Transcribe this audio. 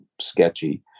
sketchy